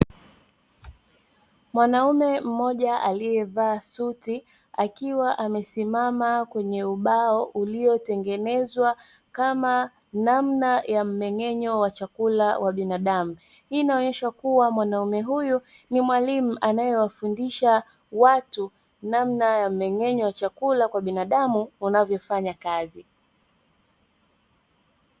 Mwanaume mmoja aliyevaa suti akiwa amesimama kwenye ubao mmoja uliotengenezwa kama namna ya mmeng'enyo wa chakula wa binadamu, hii inaonyesha mwanaume huyu ni mwalimu anayewafundisha watu namna mmeng'enyo wa chakula unavyofanya kazi.